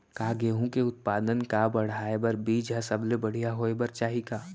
का गेहूँ के उत्पादन का बढ़ाये बर बीज ह सबले बढ़िया होय बर चाही का?